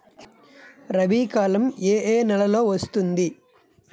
రబీ కాలం ఏ ఏ నెలలో వస్తుంది?